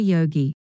Yogi